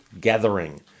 gathering